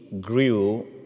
grew